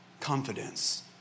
confidence